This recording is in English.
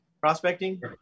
Prospecting